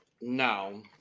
No